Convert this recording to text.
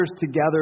together